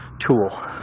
tool